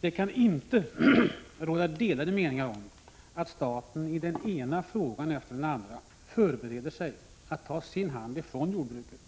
Det kan inte råda delade meningar om att staten i den ena frågan efter den andra förbereder sig att ta sin hand från jordbruket.